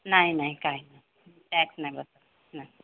नाही नाही काय नाही त्यात नाही बसत